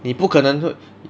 你不可能